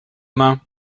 mains